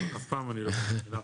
אני אף פעם לא בא בחינם.